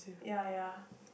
ya ya